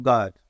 God